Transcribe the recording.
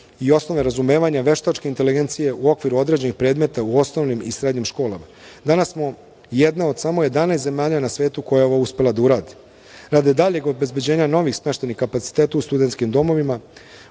i Osnove razumevanja veštačke inteligencije u okviru određenih predmeta u osnovnim i srednjim školama. Danas smo jedna od samo 11 zemalja na svetu koja je ovo uspela da uradi. Radi daljeg obezbeđenja novih smeštajnih kapaciteta u studentskim domovima,